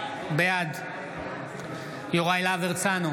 בעד יוראי להב הרצנו,